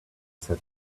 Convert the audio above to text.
said